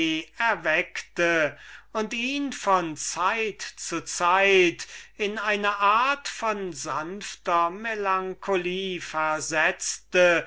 erweckten und ihn von zeit zu zeit in eine art von sanfter wollüstiger melancholie